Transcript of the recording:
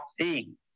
seeing